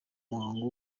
muhango